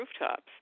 rooftops